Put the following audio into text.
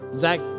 Zach